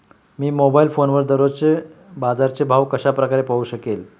मी mobile फोनवर दररोजचे बाजाराचे भाव कशा प्रकारे पाहू शकेल?